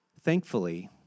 Thankfully